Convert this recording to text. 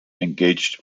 engaged